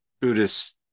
Buddhist